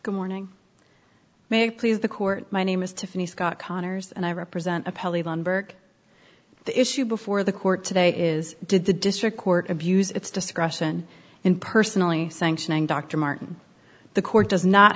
good morning may please the court my name is tiffany scott connors and i represent appellate on burg the issue before the court today is did the district court abuse its discretion in personally sanctioning dr martin the court does not